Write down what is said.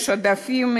יש עודפים,